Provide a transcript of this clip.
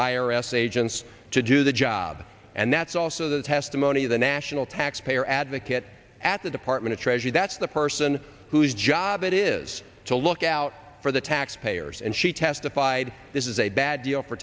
s agents to do the job and that's also the testimony of the national taxpayer advocate at the department of treasury that's the person whose job it is to look out for the taxpayers and she testified this is a bad